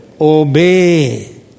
obey